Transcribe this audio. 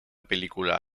película